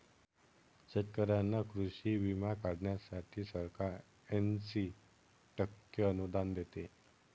शेतकऱ्यांना कृषी विमा काढण्यासाठी सरकार ऐंशी टक्के अनुदान देते